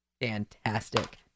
Fantastic